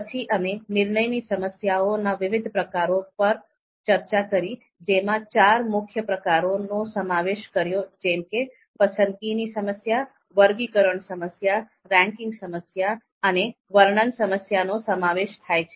પછી અમે નિર્ણયની સમસ્યાઓના વિવિધ પ્રકારો પર ચર્ચા કરી જેમાં ચાર મુખ્ય પ્રકાર નો સમાવેશ કર્યો જેમકે પસંદગીની સમસ્યા વર્ગીકરણ સમસ્યા રેન્કિંગ સમસ્યા અને વર્ણન સમસ્યાનો સમાવેશ થાય છે